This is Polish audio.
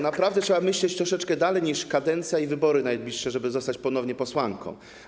Naprawdę trzeba myśleć troszeczkę dalej niż kadencja i najbliższe wybory, żeby zostać ponownie posłanką.